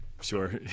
Sure